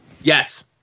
Yes